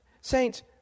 Saints